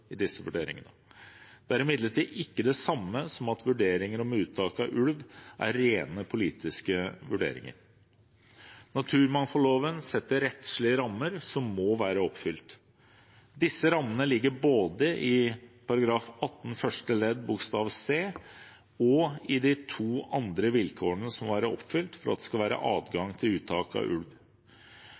i disse vurderingene. Det er imidlertid ikke det samme som at vurderinger om uttak av ulv er rene politiske vurderinger. Naturmangfoldloven setter rettslige rammer som må være oppfylt. Disse rammene ligger både i § 18 første ledd bokstav c og i de to andre vilkårene som må være oppfylt for at det skal være adgang til uttak av ulv: